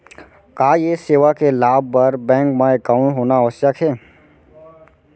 का ये सेवा के लाभ बर बैंक मा एकाउंट होना आवश्यक हे